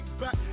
back